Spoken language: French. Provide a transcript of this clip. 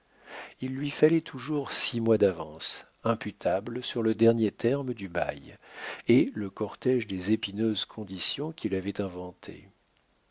il lui fallait toujours six mois d'avance imputables sur le dernier terme du bail et le cortége des épineuses conditions qu'il avait inventées